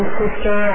sister